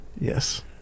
Yes